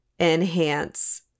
enhance